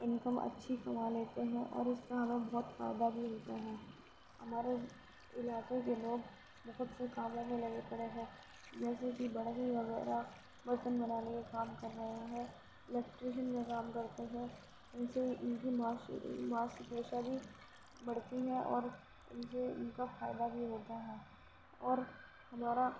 income اچھی کما لیتے ہیں اور اس کا ہمیں بہت فائدہ بھی ہوتا ہے ہمارے علاقے کے لوگ بہت سے کاموں میں لگے پڑے ہیں جیسےکہ بڑھئی وغیرہ برتن بنانے کے کام کر رہے ہیں الیکٹریشین کا کام کرتے ہیں ان سے ان کی معاشی معاشی پیشہ بھی بڑھتی ہے اور ان سے ان کا فائدہ بھی ہوتا ہے اور ہمارا